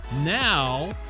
Now